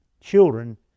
children